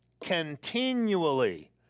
continually